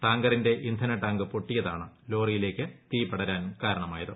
ടാങ്കറിന്റെ ഇന്ധനടാങ്ക് പൊട്ടിയതാണ് ലോറിയിലേക്ക് തീ പടരാൻ കാരണമായത്